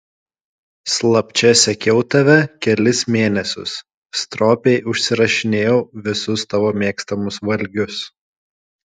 slapčia sekiau tave kelis mėnesius stropiai užsirašinėjau visus tavo mėgstamus valgius